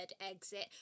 exit